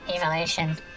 Evolution